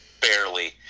barely